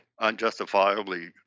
unjustifiably